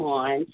on